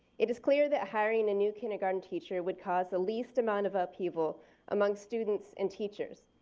it is clear that hiring the new kindergarten teacher would cause the least amount of upheaval among students and teachers.